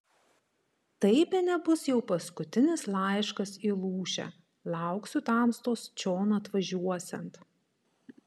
tai bene bus jau paskutinis laiškas į lūšę lauksiu tamstos čion atvažiuosiant